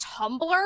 Tumblr